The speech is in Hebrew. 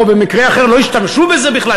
או במקרה אחר: לא השתמשו בזה בכלל.